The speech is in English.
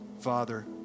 Father